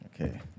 Okay